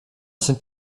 sind